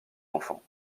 enfant